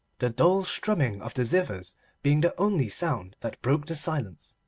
the dull strumming of the zithers being the only sound that broke the silence.